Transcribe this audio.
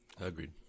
Agreed